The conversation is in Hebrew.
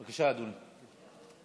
בבקשה, אדוני.